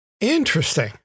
Interesting